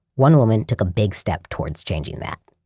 one woman took a big step towards changing that.